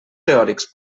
teòrics